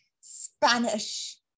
Spanish